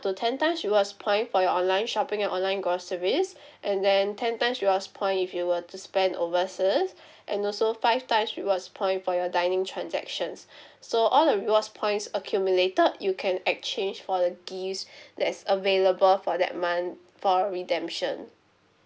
to ten times rewards point for your online shopping and online groceries and then ten times rewards point if you were to spend overseas and also five times rewards point for your dining transactions so all the rewards points accumulated you can exchange for the gifts that's available for that month for redemption